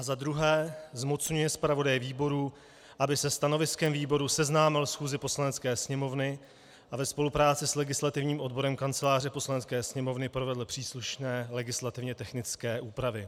Za druhé zmocňuje zpravodaje výboru, aby se stanoviskem výboru seznámil schůzi Poslanecké sněmovny a ve spolupráci s legislativním odborem Kanceláře Poslanecké sněmovny provedl příslušné legislativně technické úpravy.